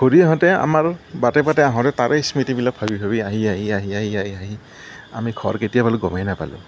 ঘূৰি আহোঁতে আমাৰ বাটে বাটে আহোঁতে তাৰেই স্মৃতিবিলাক ভাবি ভাবি আহি আহি আহি আহি আহি আহি আমি ঘৰ কেতিয়া পালোঁ গমেই নাপালোঁ